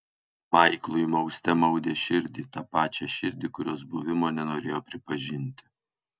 maiklui mauste maudė širdį tą pačią širdį kurios buvimo nenorėjo pripažinti